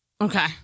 Okay